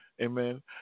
Amen